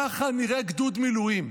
כך נראה גדוד מילואים.